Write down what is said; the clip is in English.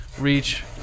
reach